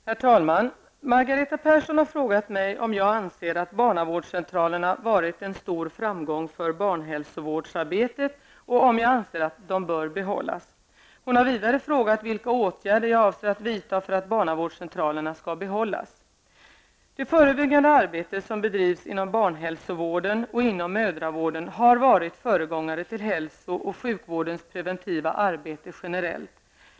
Herr talman! Margareta Persson har frågat mig om jag anser att barnavårdscentralernas verksamhet varit en en stor framgång för barnhälsovårdsarbetet och om jag anser att barnavårdscentralerna bör behållas. Hon har vidare frågat vilka åtgärder jag avser att vidta för att de skall kunna behållas. Det förebyggande arbete som bedrivs inom barnhälsovården och inom mödravården har varit föregångare till hälso och sjukvårdens preventiva arbete generellt.